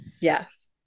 Yes